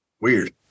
Weird